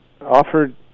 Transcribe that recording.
offered